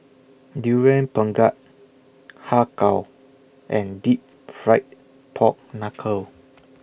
Durian Pengat Har Kow and Deep Fried Pork Knuckle